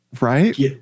right